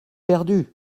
perdus